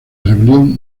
rebelión